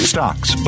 Stocks